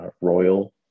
royal